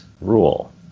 rule